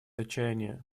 отчаяние